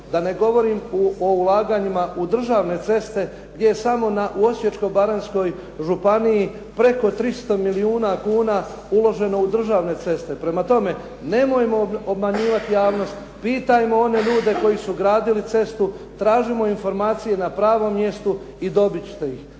Da ne govorim o ulaganjima u državne ceste gdje je samo u Osječko-baranjskoj županiji preko 300 milijuna kuna uloženo u državne ceste. Prema tome, nemojmo obmanjivati javnost, pitajmo one ljude koji su gradili cestu, tražimo informacije na pravom mjestu i dobit ćete ih.